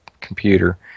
computer